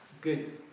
Good